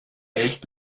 echt